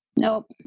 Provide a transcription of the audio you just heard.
Nope